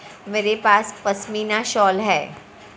मेरे पास पशमीना शॉल है